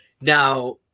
Now